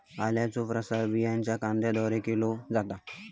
आल्याचो प्रसार बियांच्या कंदाद्वारे केलो जाता